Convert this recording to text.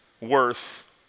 worth